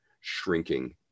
shrinking